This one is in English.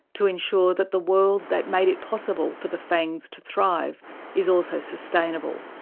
to ensure that the world that made it possible for the fangs to thrive is also sustainable,